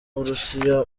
burusiya